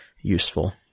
useful